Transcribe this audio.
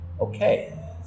okay